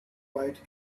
quite